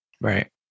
Right